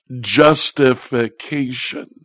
justification